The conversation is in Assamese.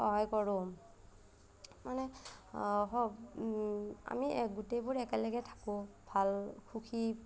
সহায় কৰোঁ মানে স আমি গোটেইবোৰ একেলগে থাকোঁ ভাল সুখী